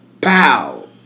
pow